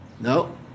No